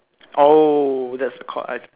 oh that's the cord I